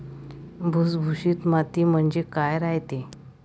भुसभुशीत माती म्हणजे काय रायते?